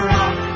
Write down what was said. Rock